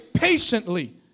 Patiently